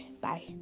Bye